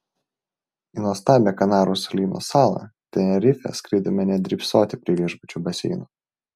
į nuostabią kanarų salyno salą tenerifę skridome ne drybsoti prie viešbučio baseino